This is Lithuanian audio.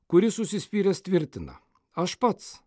kuris užsispyręs tvirtina aš pats